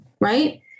Right